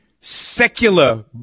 secular